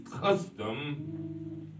custom